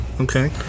Okay